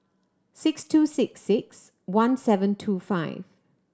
six two six six one seven two five